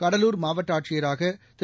கடலூர் மாவட்ட ஆட்சியராக திரு